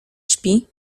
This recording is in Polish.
śpi